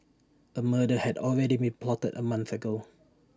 A murder had already been plotted A month ago